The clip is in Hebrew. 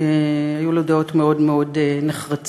היו לו דעות מאוד מאוד נחרצות,